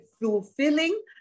Fulfilling